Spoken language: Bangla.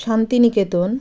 শান্তিনিকেতন